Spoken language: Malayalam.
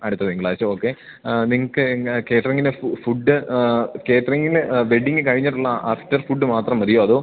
അടുത്ത തിങ്കളാഴ്ച ഓക്കെ നിങ്ങൾക്ക് ഇന്ന് കാറ്ററിംഗിൻ്റെ ഫുഡ് കാറ്ററിംഗിന് വെഡ്ഡിംഗ് കഴിഞ്ഞിട്ടുള്ള ആഫ്റ്റർ ഫുഡ് മാത്രം മതിയോ അതോ